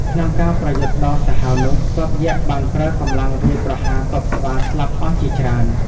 ក្នុងការប្រយុទ្ធដ៏សាហាវនោះ ទ័ពយក្សបានប្រើកម្លាំងវាយប្រហារទ័ពស្វាស្លាប់អស់ជាច្រើន។